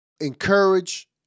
encourage